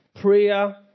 prayer